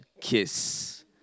kiss